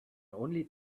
only